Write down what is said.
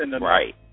Right